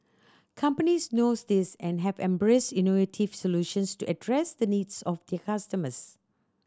companies knows this and have embraced innovative solutions to address the needs of their customers